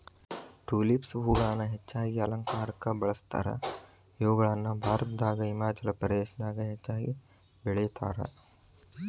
tulips ಹೂಗಳನ್ನ ಹೆಚ್ಚಾಗಿ ಅಲಂಕಾರಕ್ಕ ಬಳಸ್ತಾರ, ಇವುಗಳನ್ನ ಭಾರತದಾಗ ಹಿಮಾಚಲ ಪ್ರದೇಶದಾಗ ಹೆಚ್ಚಾಗಿ ಬೆಳೇತಾರ